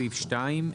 בסעיף 2,